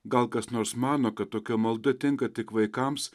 gal kas nors mano kad tokia malda tinka tik vaikams